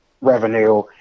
revenue